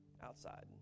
outside